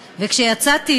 וכשיצאתי,